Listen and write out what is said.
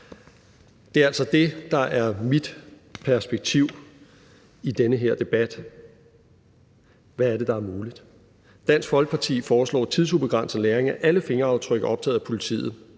Det er altså det, der er mit perspektiv i den her debat: Hvad er det, der er muligt? Dansk Folkeparti foreslår tidsubegrænset lagring af alle fingeraftryk optaget af politiet.